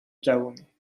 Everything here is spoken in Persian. جوونی